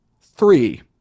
three